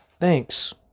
Thanks